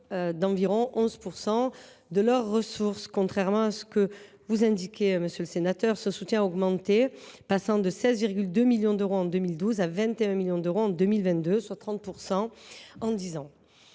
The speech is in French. d’environ 11 % de leurs ressources. Contrairement à ce que vous indiquez, monsieur le sénateur, ce soutien a augmenté, passant de 16,2 millions d’euros en 2012 à 21 millions d’euros en 2022, soit une hausse